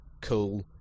Cool